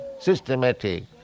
systematic